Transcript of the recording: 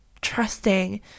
trusting